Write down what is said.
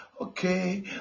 okay